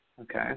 Okay